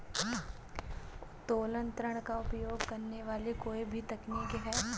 उत्तोलन ऋण का उपयोग करने वाली कोई भी तकनीक है